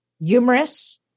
humorous